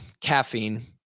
caffeine